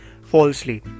falsely